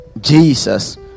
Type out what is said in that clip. Jesus